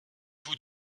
vous